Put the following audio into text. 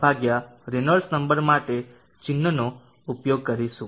51 Reynolds number માટે ચિન્હ નો ઉપયોગ કરીશું